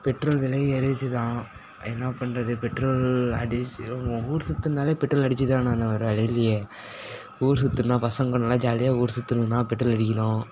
petrol வெலையும் ஏறிடுத்து தான் என்ன பண்ணுறது பெட்ரோல் அடிச்சிடுறோம் ஊ ஊர் சுற்றணுனாலே பெட்ரோல் அடித்து தானே ஆகணும் வேறு வழி இல்லையே ஊர் சுற்றணுன்னா பசங்க கூட நல்லா ஜாலியாக ஊர் சுற்றணுன்னா பெட்ரோல் அடிக்கணும்